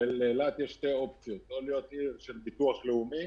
שלאילת יש שתי אופציות: או להיות עיר של ביטוח לאומי